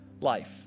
life